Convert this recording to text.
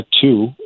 two